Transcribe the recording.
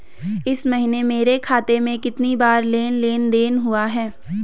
इस महीने मेरे खाते में कितनी बार लेन लेन देन हुआ है?